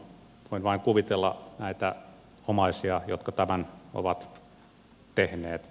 voin vain kuvitella näitä omaisia jotka tämän ovat tehneet